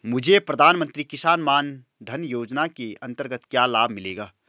मुझे प्रधानमंत्री किसान मान धन योजना के अंतर्गत क्या लाभ मिलेगा?